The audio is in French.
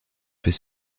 fait